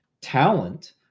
talent